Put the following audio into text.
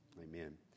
Amen